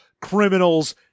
criminals